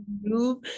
move